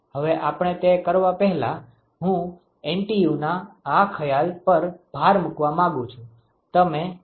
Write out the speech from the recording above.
હવે આપણે તે કરવા પહેલાં હું NTUના આ ખ્યાલ પર ભાર મૂકવા માંગું છું